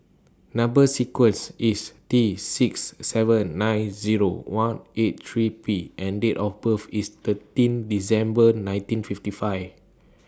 Number sequence IS T six seven nine Zero one eight three P and Date of birth IS thirteen December nineteen fifty five